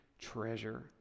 treasure